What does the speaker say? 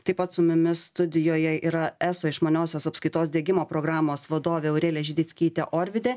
taip pat su mumis studijoje yra eso išmaniosios apskaitos diegimo programos vadovė aurelija židickytė orvidė